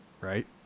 Right